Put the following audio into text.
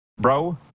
bro